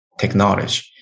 technology